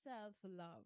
self-love